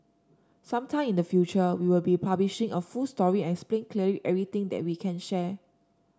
some time in the future we will be publishing a full story and explain clearly everything that we can share